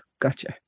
Gotcha